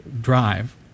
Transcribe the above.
drive